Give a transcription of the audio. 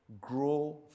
grow